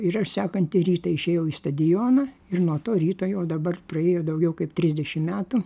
ir aš sekantį rytą išėjau į stadioną ir nuo to ryto jau dabar praėjo daugiau kaip trisdešim metų